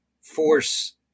force